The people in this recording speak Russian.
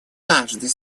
каждой